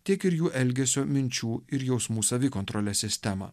tiek ir jų elgesio minčių ir jausmų savikontrolės sistemą